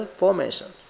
formation